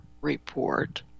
report